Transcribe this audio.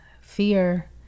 fear